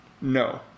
No